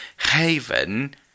haven